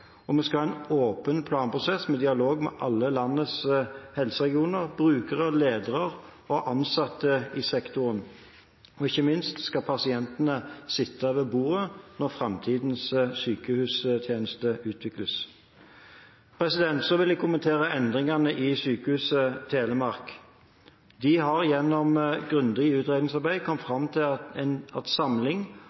og vi skal ha en åpen planprosess med dialog med alle landets helseregioner, brukere, ledere og ansatte i sektoren – og ikke minst skal pasientene sitte ved bordet når framtidens sykehustjenester utvikles. Så vil jeg kommentere endringene ved Sykehuset Telemark. De har gjennom grundig utredningsarbeid kommet fram til at en samling